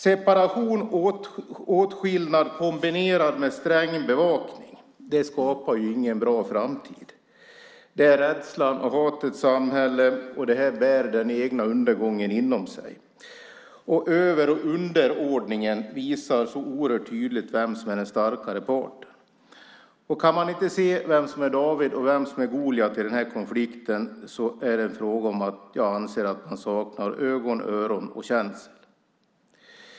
Separation, åtskillnad kombinerad med sträng bevakning skapar ingen bra framtid. Det är rädslans och hatets samhälle. Det bär den egna undergången inom sig. Över och underordningen visar så oerhört tydligt vem som är den starkare parten. Om man inte kan se vem som är David och vem som är Goliat i den här konflikten anser jag att man saknar ögon, öron och känsel.